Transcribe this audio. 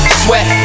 sweat